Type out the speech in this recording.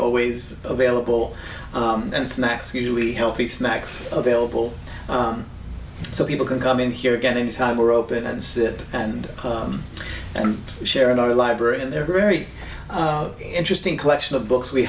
always available and snacks usually healthy snacks available so people can come in here again any time we're open and sit and play and share in our library in there very interesting collection of books we